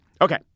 Okay